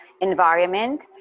environment